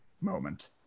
moment